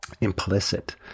implicit